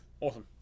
awesome